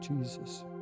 Jesus